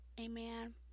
Amen